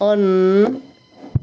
on